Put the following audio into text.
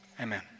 Amen